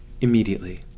immediately